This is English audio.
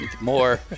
More